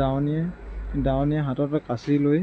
দাৱনীয়ে দাৱনীয়ে হাতত কাঁচি লৈ